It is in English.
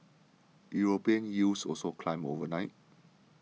European yields also climbed overnight